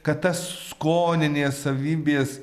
kad tas skoninės savybės